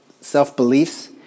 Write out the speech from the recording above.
self-beliefs